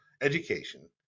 education